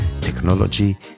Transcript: technology